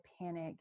panic